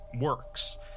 works